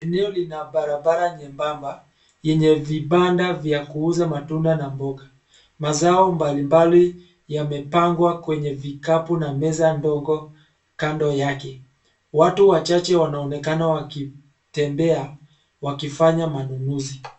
Eneo lina barabara nyebamba yenye vibanda vya kuuza matunda na mboga. Mazao mbalimbali yamepangwa kwenye vikapu na meza ndogo kando yake. Watu wachache wanaonekana wakitembea wakifanya manunuzi.